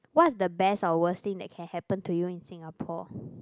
what is the best or worst thing that can happen to you in Singapore